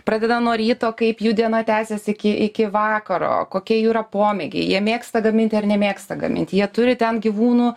pradeda nuo ryto kaip jų diena tęsias iki iki vakaro kokie jų yra pomėgiai jie mėgsta gaminti ar nemėgsta gaminti jie turi ten gyvūnų